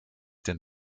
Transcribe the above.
den